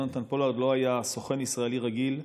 יונתן פולארד לא היה סוכן ישראלי רגיל.